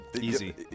Easy